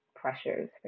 pressures